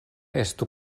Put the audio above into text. estu